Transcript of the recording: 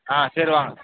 ஆ சரி வாங்க